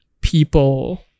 people